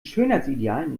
schönheitsidealen